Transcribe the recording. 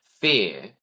fear